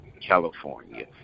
California